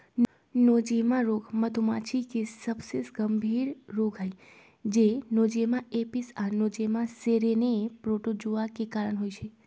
Nosema रोग मधुमाछी के सबसे गंभीर रोग हई जे नोज़ेमा एपिस आ नोज़ेमा सेरेने प्रोटोज़ोआ के कारण होइ छइ